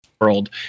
world